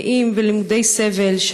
גאים ולמודי סבל,